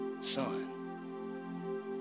son